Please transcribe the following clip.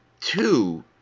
two